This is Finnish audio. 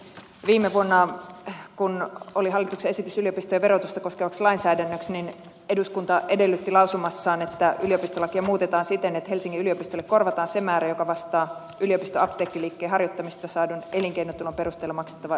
viime vuonna kun oli hallituksen esitys yliopistojen verotusta koskevaksi lainsäädännöksi eduskunta edellytti lausumassaan että yliopistolakia muutetaan siten että helsingin yliopistolle korvataan se määrä joka vastaa yliopistoapteekkiliikkeen harjoittamisesta saadun elinkeinotulon perusteella maksettavaa yhteisöveroa